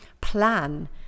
plan